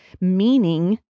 meaning